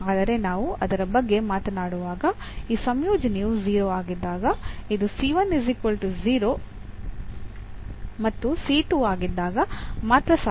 ಆದರೆ ನಾವು ಅದರ ಬಗ್ಗೆ ಮಾತನಾಡುವಾಗ ಈ ಸಂಯೋಜನೆಯು 0 ಆಗಿದ್ದಾಗ ಇದು 0 ಮತ್ತು ಆಗಿದ್ದಾಗ ಮಾತ್ರ ಸಾಧ್ಯ